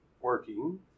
working